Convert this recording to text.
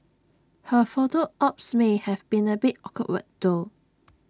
her photo ops may have been A bit awkward though